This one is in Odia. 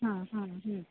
ହଁ ହଁ ହଁ